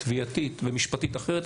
תביעתית ומשפטית אחרת.